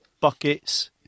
buckets